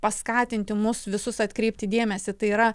paskatinti mus visus atkreipti dėmesį tai yra